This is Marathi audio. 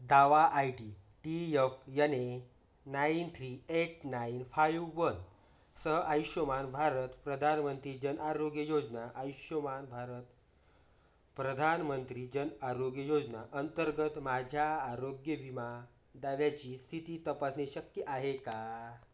दावा आय डी टी यफ यांनी nine three eight nine five वनसह आयुष्मान भारत प्रधानमंत्री जन आरोग्य योजना आयुष्मान भारत प्रधानमंत्री जनआरोग्य योजना अंतर्गत माझ्या आरोग्यविमा दाव्याची स्थिती तपासणे शक्य आहे का